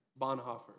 Bonhoeffer